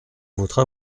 votre